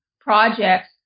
projects